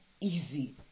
easy